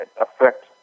affect